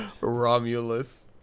Romulus